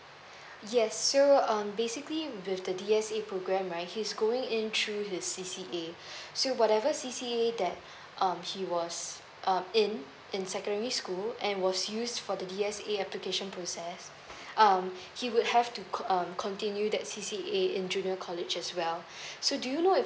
yes so um basically with the D_S_A program right he's going in through his C_C_A so whatever C_C_A that um he was um in in secondary school and was used for the D_S_A application process um he would have to co~ um continue that C_C_A in junior college as well so do you know if